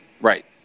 Right